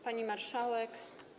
Pani Marszałek!